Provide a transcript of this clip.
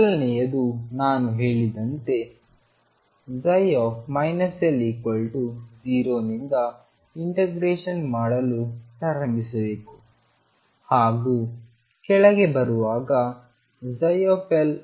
ಮೊದಲನೆಯದು ನಾನು ಹೇಳಿದಂತೆ ψ−L0 ನಿಂದ ಇಂಟಿಗ್ರೇಷನ್ ಮಾಡಲು ಪ್ರಾರಂಭಿಸಬೇಕು ಹಾಗೂ ಕೆಳಗೆ ಬರುವಾಗ ψ 0 ಆಗುತ್ತದೆ